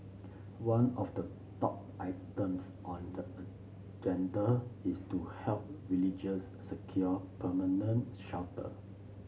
one of the top items on the agenda is to help villagers secure permanent shelter